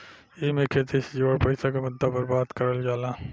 एईमे खेती से जुड़ल पईसा के मुद्दा पर बात करल जाला